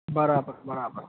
બરાબર બરાબર